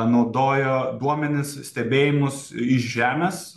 naudojo duomenis stebėjimus iš žemės